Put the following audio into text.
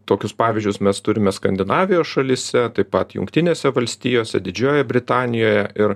tokius pavyzdžius mes turime skandinavijos šalyse taip pat jungtinėse valstijose didžiojoje britanijoje ir